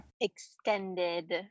Extended